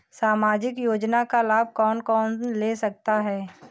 सामाजिक योजना का लाभ कौन कौन ले सकता है?